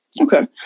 Okay